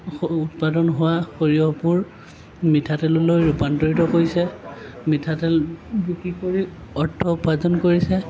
উৎপাদন হোৱা সৰিয়হবোৰ মিঠাতেললৈ ৰূপান্তৰ কৰিছে মিঠাতেল বিক্ৰী কৰি অৰ্থ উপাৰ্জন কৰিছে